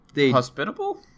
hospitable